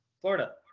Florida